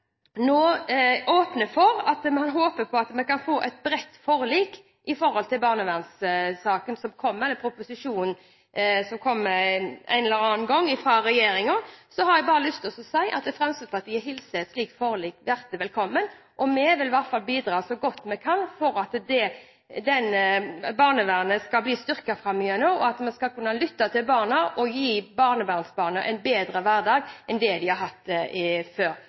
nå åpner for og håper på et bredt forlik i barnevernssaken med hensyn til proposisjonen som kommer fra regjeringen en eller annen gang, har jeg bare lyst til å si at Fremskrittspartiet hilser et slikt forlik hjertelig velkommen. Vi vil i hvert fall bidra så godt vi kan til at barnevernet skal bli styrket framover, at vi skal kunne lytte til barna og gi barnevernsbarna en bedre hverdag enn det de har hatt før.